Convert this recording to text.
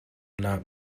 not